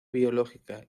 biológica